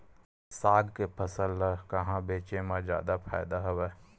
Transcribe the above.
साग के फसल ल कहां बेचे म जादा फ़ायदा हवय?